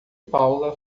paula